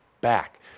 back